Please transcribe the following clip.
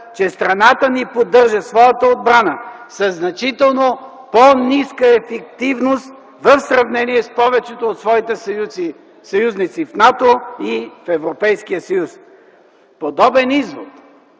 че страната ни поддържа своята отбрана със значително по-ниска ефективност в сравнение с повечето от своите съюзници в НАТО и в Европейския съюз”. Подобен извод